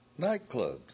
nightclubs